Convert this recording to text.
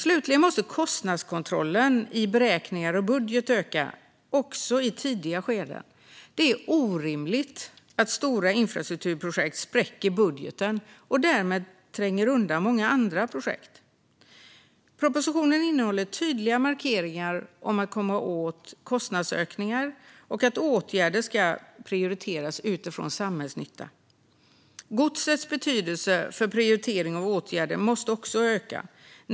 Slutligen måste kostnadskontrollen i beräkningar och budget öka, också i tidiga skeden. Det är orimligt att stora infrastrukturprojekt spräcker budgeten och därmed tränger undan många andra projekt. Propositionen innehåller tydliga markeringar om att komma åt kostnadsökningar och att åtgärder ska prioriteras utifrån samhällsnytta. Godsets betydelse för prioritering av åtgärder måste också öka.